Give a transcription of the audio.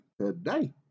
today